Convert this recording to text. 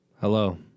Hello